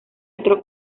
otro